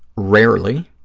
rarely,